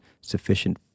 sufficient